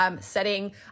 Setting